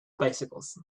bicycles